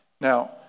Now